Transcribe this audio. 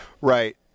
Right